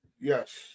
yes